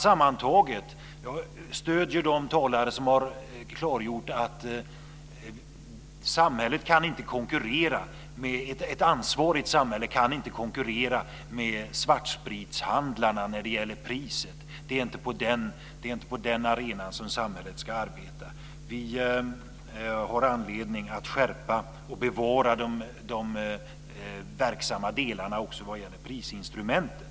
Sammantaget stöder jag de talare som har klargjort att ett ansvarigt samhälle inte kan konkurrera med svartspritshandlarna när det gäller priset. Det är inte på den arenan som samhället ska arbeta. Vi har anledning att skärpa och bevara de verksamma delarna också vad gäller prisinstrumentet.